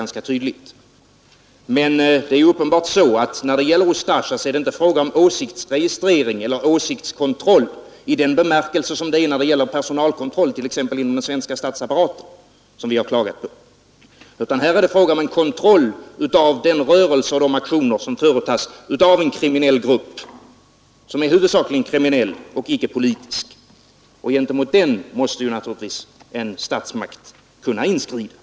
Det är i stället uppenbarligen när det gäller Ustasja inte fråga om åsiktsregistrering eller åsiktskontroll i den bemärkelse som det är när det gäller personalkontroll, t.ex. inom den svenska statsapparaten, något som vi har klagat på, utan om en kontroll av den rörelsen och de aktioner som företas av en grupp, som är huvudsakligen kriminell och icke politisk. Gentemot den måste naturligtvis en statsmakt kunna inskrida.